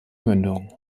mündung